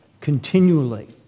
continually